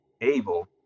able